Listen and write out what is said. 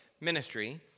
ministry